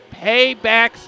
paybacks